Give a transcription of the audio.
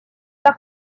par